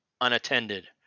unattended